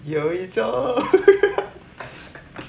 有一种